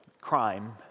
crime